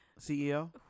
CEO